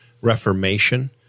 reformation